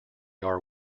are